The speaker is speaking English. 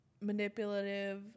manipulative